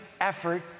effort